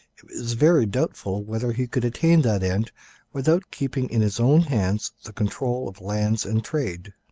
it was very doubtful whether he could attain that end without keeping in his own hands the control of lands and trade.